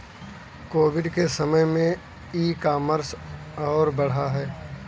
Covid के समय में ई कॉमर्स और बढ़ा है